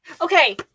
Okay